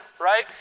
right